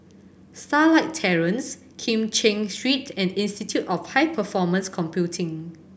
Starlight Terrace Kim Cheng Street and Institute of High Performance Computing